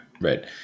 right